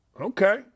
Okay